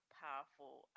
powerful